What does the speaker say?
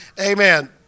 Amen